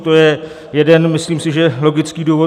To je jeden, myslím si že logický, důvod.